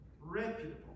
reputable